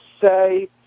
say